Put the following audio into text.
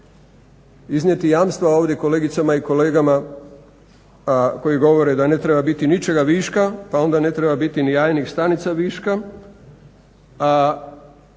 iznijeti jamstva ovdje kolegicama i kolegama a koji govore da ne treba biti ničega viška pa onda ne treba biti ni jajnih stanica viška, a